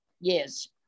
Yes